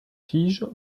tiges